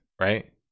right